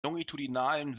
longitudinalen